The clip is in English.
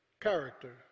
character